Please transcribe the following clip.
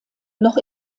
noch